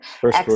first